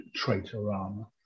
Traitorama